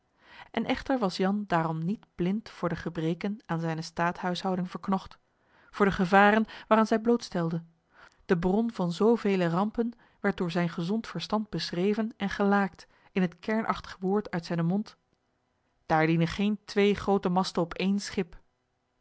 en echter was jan daarom niet blind voor de gebreken aan zijne staathuishouding verknocht voor de gevaren waaraan zij blootstelde de bron van zoo vele rampen werd door zijn gezond verstand beschreven en gelaakt in het kernachtig woord uit zijnen mond daar dienen geene twee groote masten op één schip